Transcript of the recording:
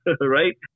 right